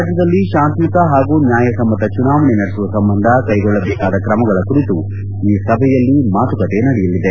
ರಾಜ್ಯದಲ್ಲಿ ಶಾಂತಿಯುತ ಹಾಗೂ ನ್ಯಾಯಸಮ್ನ ಚುನಾವಣೆ ನಡೆಸುವ ಸಂಬಂಧ ಕ್ಲೆಗೊಳ್ಳಬೇಕಾದ ಕ್ರಮಗಳ ಕುರಿತು ಈ ಸಭೆಯಲ್ಲಿ ಮಾತುಕತೆ ನಡೆಯಲಿದೆ